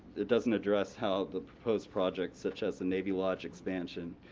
it doesn't address how the proposed project, such as the navy lodge expansion,